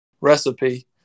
recipe